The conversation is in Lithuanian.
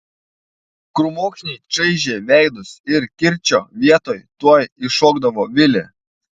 krūmokšniai čaižė veidus ir kirčio vietoj tuoj iššokdavo vilė